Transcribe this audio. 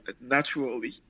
naturally